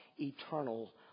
eternal